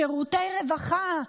שירותי רווחה,